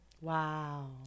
Wow